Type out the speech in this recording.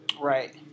Right